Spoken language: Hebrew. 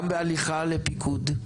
גם בהליכה לפיקוד,